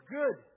good